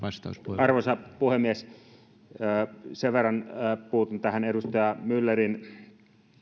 arvoisa puhemies sen verran puutun tähän edustaja myllerin